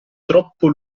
troppo